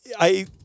I-